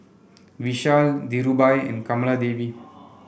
Vishal Dhirubhai and Kamaladevi